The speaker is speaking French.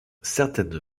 certaines